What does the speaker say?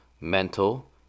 mental